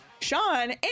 Sean